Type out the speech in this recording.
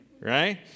Right